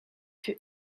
fut